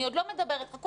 חכו,